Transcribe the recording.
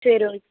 சரி ஓகே